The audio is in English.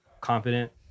confident